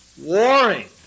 Warring